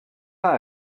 pas